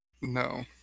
no